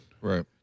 right